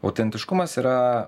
autentiškumas yra